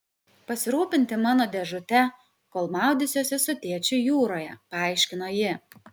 pasirūpinti mano dėžute kol maudysiuosi su tėčiu jūroje paaiškino ji